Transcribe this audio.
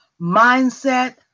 mindset